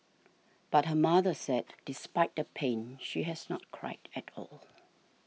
but her mother said despite the pain she has not cried at all